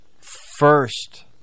First